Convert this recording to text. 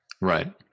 Right